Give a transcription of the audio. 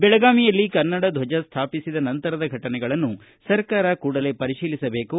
ಬೆಳಗಾವಿಯಲ್ಲಿ ಕನ್ನಡ ದ್ವಜ ಸ್ವಾಪಿಸಿದ ನಂತರದ ಘಟನೆಗಳನ್ನು ಸರ್ಕಾರ ಕೂಡಲೇ ಪರಿಶೀಲಿಸಬೇಕು